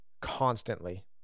constantly